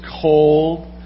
cold